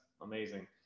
amazing